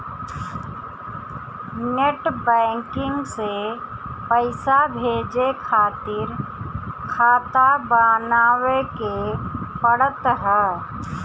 net banking से पईसा भेजे खातिर खाता बानवे के पड़त हअ